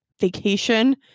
vacation